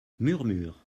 murmures